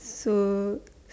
so